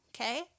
Okay